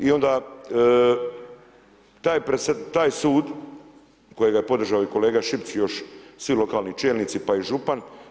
I onda taj sud kojega je podržao i kolega Šipić i još svi lokalni čelnici pa i župan.